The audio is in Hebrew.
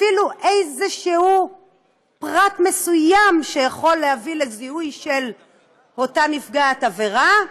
אפילו איזשהו פרט מסוים שיכול להביא לזיהוי של אותה נפגעת עבירה,